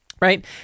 right